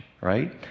right